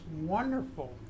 wonderful